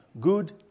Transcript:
Good